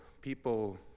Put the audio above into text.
people